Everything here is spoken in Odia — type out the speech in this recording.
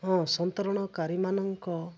ହଁ ସନ୍ତରଣକାରୀମାନଙ୍କ